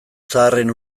zaharren